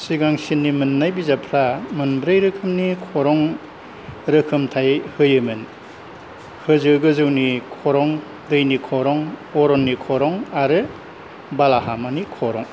सिगांसिननि मोन्नाय बिजाबफ्रा मोनब्रै रोखोमनि खरं रोखोमथाय होयोमोन होजो गोजौनि खरं दैनि खरं अरननि खरं आरो बालाहामानि खरं